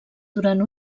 durant